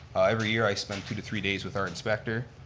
every year i spend two to three days with our inspector.